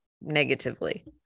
negatively